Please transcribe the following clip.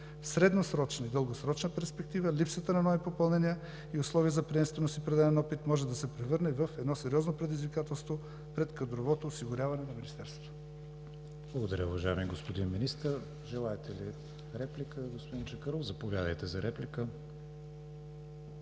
В средносрочна и дългосрочна перспектива липсата на нови попълнения и условия за приемственост и предаване на опит може да се превърне в сериозно предизвикателство пред кадровото осигуряване на Министерството. ПРЕДСЕДАТЕЛ КРИСТИАН ВИГЕНИН: Благодаря, уважаеми господин Министър. Желаете ли реплика, господин Чакъров? Заповядайте за реплика.